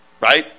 Right